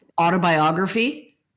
autobiography